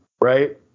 right